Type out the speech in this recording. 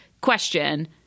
question